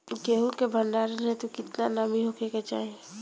गेहूं के भंडारन हेतू कितना नमी होखे के चाहि?